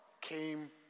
came